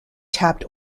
tapped